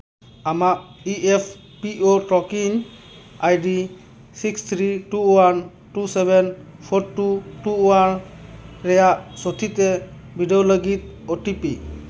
ᱟᱢᱟᱜ E F P O tracking I D six three two one two seven four two two one ᱨᱮᱭᱟᱜ ᱥᱚᱴᱷᱤᱛᱮ ᱵᱤᱰᱟᱹᱣ ᱞᱟᱹᱜᱤᱫ O T P